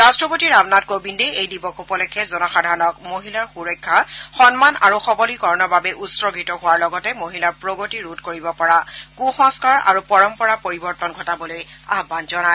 ৰাষ্ট্ৰপতি ৰামনাথ কোবিন্দে এই দিৱস উপলক্ষে জনসাধাৰণক মহিলাৰ সুৰক্ষা সন্মান আৰু সৱলীকৰণৰ বাবে উৎসৰ্গিত হোৱাৰ লগতে মহিলাৰ প্ৰগতি ৰোধ কৰিব পৰা কুসংস্থাৰ আৰু পৰম্পৰাৰ পৰিৱৰ্তন ঘটাবলৈ আহান জনায়